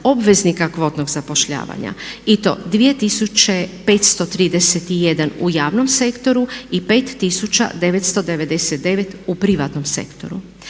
obveznika kvotnog zapošljavanja. I to 2531 u javnom sektoru i 5999 u privatnom sektoru.